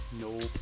Nope